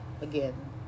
again